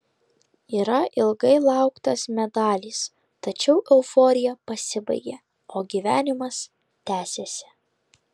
yra ilgai lauktas medalis tačiau euforija pasibaigia o gyvenimas tęsiasi